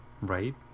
right